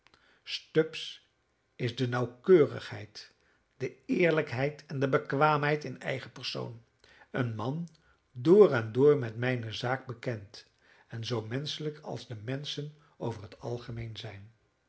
stubbs is de nauwkeurigheid de eerlijkheid en de bekwaamheid in eigen persoon een man door en door met mijne zaak bekend en zoo menschelijk als de menschen over het algemeen zijn